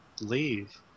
leave